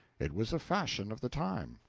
it was a fashion of the time.